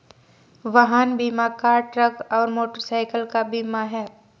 वाहन बीमा car, truck और मोटरसाइकिल का बीमा है